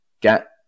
get